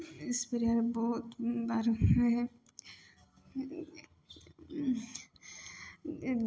spray बहुत बार होइ हइ